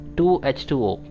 2H2O